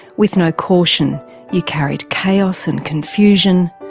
with no caution you carried chaos and confusion,